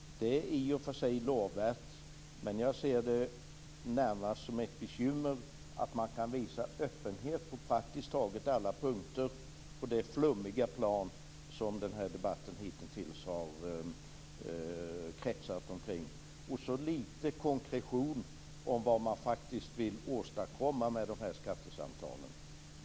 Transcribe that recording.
Det är i och för sig lovvärt. Men jag ser det närmast som ett bekymmer att man kan visa öppenhet på praktiskt taget alla punkter på det flummiga plan som den här debatten hitintills har förts på och att man kan visa så lite konkret om vad man faktiskt vill åstadkomma med skattesamtalen.